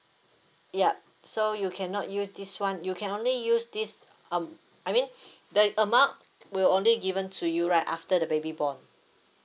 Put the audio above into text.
ya so you cannot use this one you can only use this um I mean the amount will only given to you right after the baby born